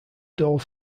dolls